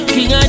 King